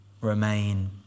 Remain